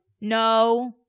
No